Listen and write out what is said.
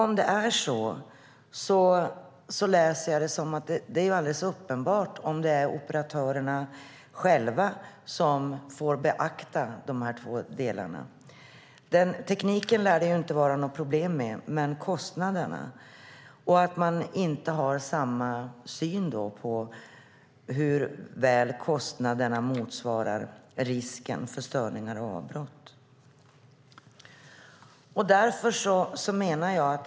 Om det är så läser jag det som att det är alldeles uppenbart att det är operatörerna själva som får beakta dessa två delar. Tekniken lär det inte vara något problem med men däremot kostnaderna och att man inte har samma syn på hur väl kostnaderna motsvarar risken för störningar och avbrott.